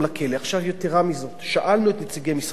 יתירה מזאת, שאלנו את נציגי משרד הפנים: